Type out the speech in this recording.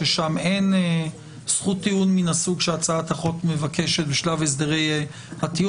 ששם אין זכות טיעון מן הסוג שהצעת החוק מבקשת בשלב הסדרי הטיעון.